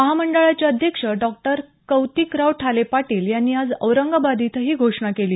महामंडळाचे अध्यक्ष डॉ कौतिकराव ठाले पाटील यांनी आज औरंगाबाद इथं ही घोषणा केली